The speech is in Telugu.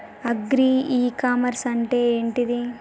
అగ్రి ఇ కామర్స్ అంటే ఏంటిది?